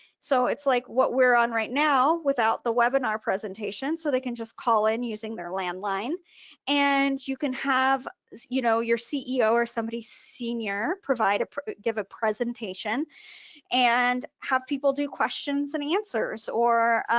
so it's like what we're on right now without the webinar presentation so they can just call in using their landline and you can have you know your ceo or somebody senior give a presentation and have people do questions and answers, or